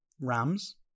rams